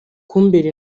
kumbera